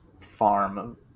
farm